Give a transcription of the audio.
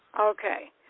Okay